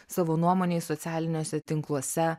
savo nuomonę į socialiniuose tinkluose